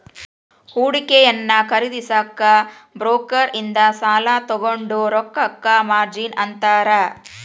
ಹೂಡಿಕೆಯನ್ನ ಖರೇದಿಸಕ ಬ್ರೋಕರ್ ಇಂದ ಸಾಲಾ ತೊಗೊಂಡ್ ರೊಕ್ಕಕ್ಕ ಮಾರ್ಜಿನ್ ಅಂತಾರ